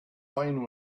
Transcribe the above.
fine